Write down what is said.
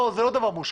לא, זה לא דבר מושחת.